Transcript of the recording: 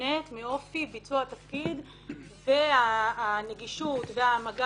מובנית מאופי ביצוע התפקיד והנגישות והמגע